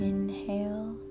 Inhale